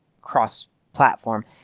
cross-platform